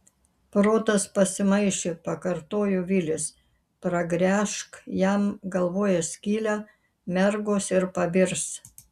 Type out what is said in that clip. protas pasimaišė pakartojo vilis pragręžk jam galvoje skylę mergos ir pabirs